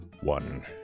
One